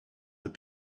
had